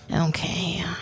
Okay